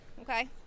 Okay